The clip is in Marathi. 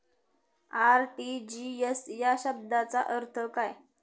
आर.टी.जी.एस या शब्दाचा अर्थ काय?